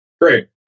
Great